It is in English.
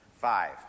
Five